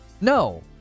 No